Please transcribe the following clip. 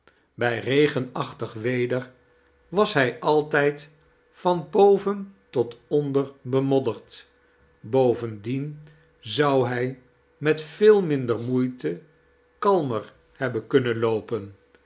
bij regenachtig weder was hij altijd van boven tot onder bemodderd bovenidien zou hij met veel minder moeite kalmer hebben kumnen loopen